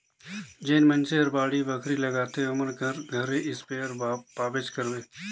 जेन मइनसे हर बाड़ी बखरी लगाथे ओमन कर घरे इस्पेयर पाबेच करबे